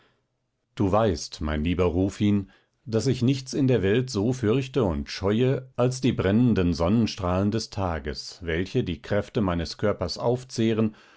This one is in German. du weißt mein lieber rufin daß ich nichts in der welt so fürchte und scheue als die brennenden sonnenstrahlen des tages welche die kräfte meines körpers aufzehren